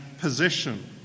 position